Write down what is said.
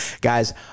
Guys